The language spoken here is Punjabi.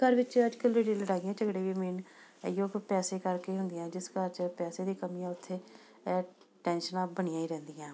ਘਰ ਵਿੱਚ ਅੱਜ ਕੱਲ੍ਹ ਜਿਹੜੀਆਂ ਲੜਾਈਆਂ ਝਗੜੇ ਵੀ ਮੇਨ ਆਹੀਓ ਕਿ ਪੈਸੇ ਕਰਕੇ ਹੁੰਦੀਆਂ ਜਿਸ ਘਰ 'ਚ ਪੈਸੇ ਦੀ ਕਮੀ ਆ ਉੱਥੇ ਟੈਂਸ਼ਨਾਂ ਬਣੀਆਂ ਹੀ ਰਹਿੰਦੀਆਂ